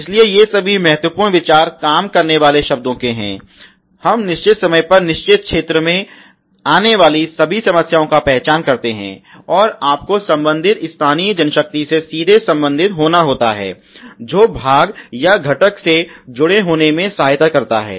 इसलिए ये सभी महत्वपूर्ण विचार काम करने वाले शब्दों के हैं हम निश्चित समय पर निश्चित क्षेत्र में आने वाली सभी समस्याओं की पहचान करते हैं और आपको संबंधित स्थानीय जनशक्ति से सीधे संबंधित होना होता है जो भाग या घटक के जुड़े होने में सहायता करता है